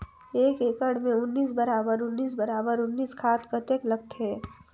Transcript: एक एकड़ मे उन्नीस बराबर उन्नीस बराबर उन्नीस खाद कतेक लगथे?